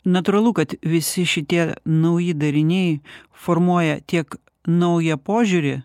natūralu kad visi šitie nauji dariniai formuoja tiek naują požiūrį